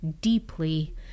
deeply